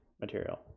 material